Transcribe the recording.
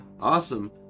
awesome